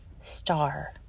star